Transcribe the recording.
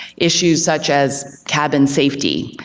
issues such as cabin safety,